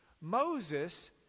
Moses